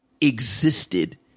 existed